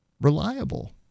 reliable